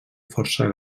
força